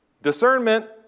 Discernment